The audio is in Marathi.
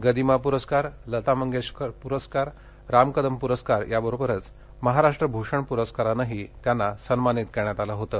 गदिमा पुरस्कार लता मंगेशकर पुरस्कार राम कदम प्रस्कार या बरोबरच महाराष्ट्र भूषण प्रस्कारानही त्यांना सन्मानित करण्यात आलं होतं